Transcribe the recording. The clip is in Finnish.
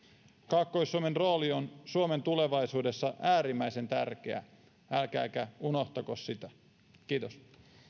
kaakkois suomen rooli on suomen tulevaisuudessa äärimmäisen tärkeä älkääkä unohtako sitä kiitos